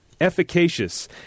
Efficacious